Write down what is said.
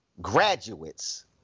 graduates